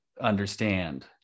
understand